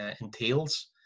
entails